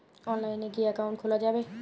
অনলাইনে কি অ্যাকাউন্ট খোলা যাবে?